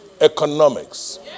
economics